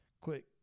quick